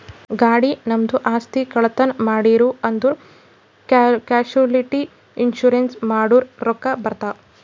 ಗಾಡಿ, ನಮ್ದು ಆಸ್ತಿ, ಕಳ್ತನ್ ಮಾಡಿರೂ ಅಂದುರ್ ಕ್ಯಾಶುಲಿಟಿ ಇನ್ಸೂರೆನ್ಸ್ ಮಾಡುರ್ ರೊಕ್ಕಾ ಬರ್ತಾವ್